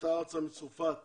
עלתה ארצה מצרפת